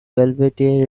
velvety